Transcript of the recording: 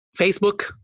Facebook